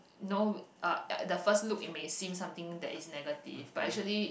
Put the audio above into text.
no uh uh the first look it may seem something that is negative but actually